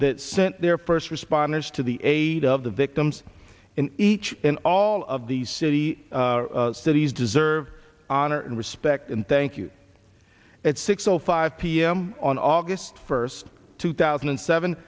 that sent their first responders to the aid of the victims in each and all of the city cities deserved honor and respect and thank you at six o five p m on august first two thousand and seven